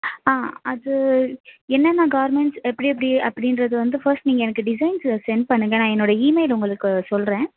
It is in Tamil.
ஆ அது என்னென்ன கார்மண்ட்ஸ் எப்படி எப்படி அப்படின்றது வந்து ஃபஸ்ட் நீங்கள் எனக்கு டிசைன்ஸை சென்ட் பண்ணுங்க நான் என்னோட இமெயில் உங்களுக்கு சொல்கிறேன்